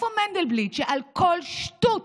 איפה מנדלבליט, שעל כל שטות